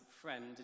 friend